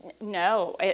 No